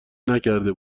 نکرده